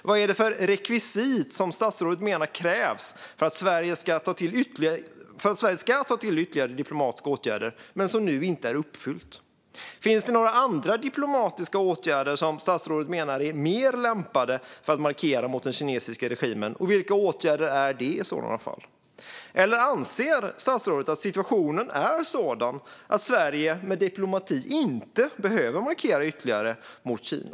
Vad är det för rekvisit som statsrådet menar krävs för att Sverige ska ta till ytterligare diplomatiska åtgärder men som nu inte är uppfyllt? Finns det några andra diplomatiska åtgärder som statsrådet menar är mer lämpade för att markera mot den kinesiska regimen, och vilka åtgärder är det i så fall? Eller anser statsrådet att situationen är sådan att Sverige inte med diplomati behöver markera ytterligare mot Kina?